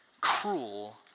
cruel